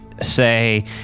say